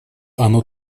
оно